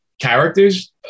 characters